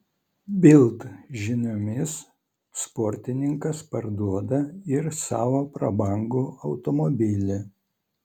bild žiniomis sportininkas parduoda ir savo prabangų automobilį